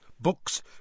Books